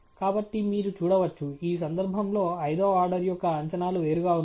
కాబట్టి మీరు చూడవచ్చు ఈ సందర్భంలో ఐదవ ఆర్డర్ యొక్క అంచనాలు వేరుగా ఉన్నాయి